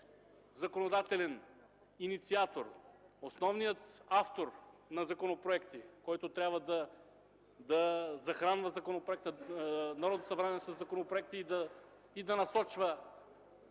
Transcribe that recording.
законодателен инициатор, основният автор на законопроекти, който трябва да захранва Народното събрание със законопроекти и да насочва